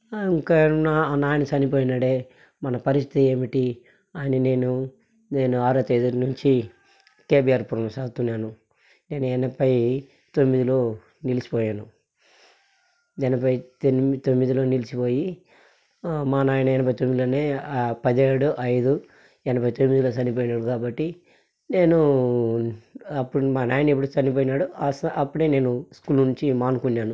ఇంకా నాయన సనిపోయానాడే మన పరిస్థితి ఏమిటి అని నేను నేను ఆరో తేదీ నుంచి కేబీఆర్ పురంలో చదువుతున్నాను నేను ఎనభై తొమ్మిదిలో నిలిచిపోయాను ఎనభై తొమ్మి తొమ్మిదిలో నిలిచిపోయి మా నాయన తొమ్మిదిలోనే పదిహేడు ఐదు ఎనభై తొమ్మిదిలో సనిపోయినాడు కాబట్టి నేను అప్పుడు మా నాయన ఎప్పుడు సనిపోయినాడో ఆ అప్పుడే నేను స్కూల్ నుంచి మానుకున్నాను